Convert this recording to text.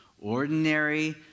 ordinary